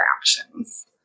actions